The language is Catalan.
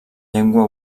llengua